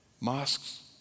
Mosques